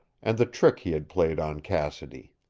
and the trick he had played on cassidy.